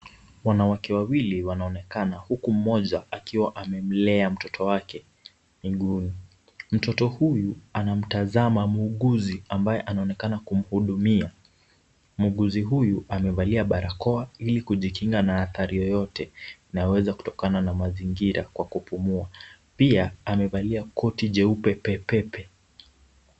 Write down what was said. Wanawake wawili wanaonekana huku mmoja akiwa amemlea mtoto wake miguuni. Mtoto huyu anatazama muuguzi ambaye anaonekana kumhudumia. Muuguzi huyu amevalia barakoa ili kujikinga na hatari yoyote inayoweza kutokana na mazingira kwa kupumua. Pia, amevalia koti jeupe pepepe.